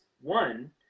one